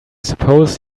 suppose